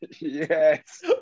Yes